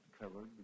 covered